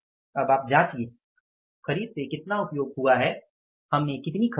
अब आप जाँचिये खरीद से कितना उपयोग हुआ है हमने कितनी खरीद की